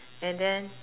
and then